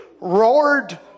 roared